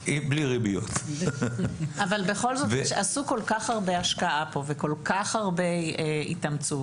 אבל בכל זאת עשו כל כך הרבה השקעה פה וכל כך הרבה התאמצו,